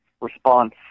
response